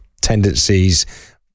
tendencies